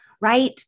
right